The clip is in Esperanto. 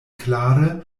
klare